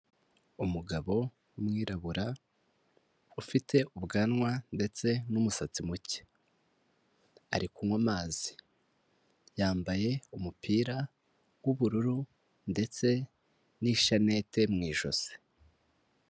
Umugabo w'umwirabura ufite ubwanwa ndetse n'umusatsi muke, ari kunywa amazi, yambaye umupira w'ubururu ndetse n'ishanete mu ijosi.